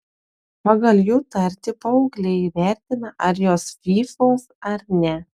pagal jų tartį paaugliai įvertina ar jos fyfos ar ne